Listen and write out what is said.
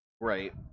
right